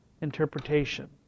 interpretation